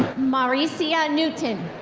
maricia newton.